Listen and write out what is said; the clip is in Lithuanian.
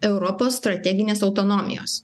europos strateginės autonomijos